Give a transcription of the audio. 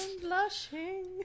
blushing